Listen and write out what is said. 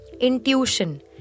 intuition